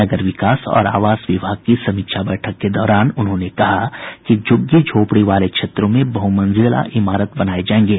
नगर विकास और आवास विभाग की समीक्षा बैठक के दौरान उन्होंने कहा कि झुग्गी झोपड़ी वाले क्षेत्रों में बहुमंजिला इमारत बनाये जायेंगे